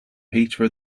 peter